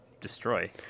destroy